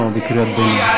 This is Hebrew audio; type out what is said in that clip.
לא בקריאת ביניים.